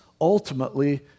ultimately